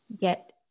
get